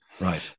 Right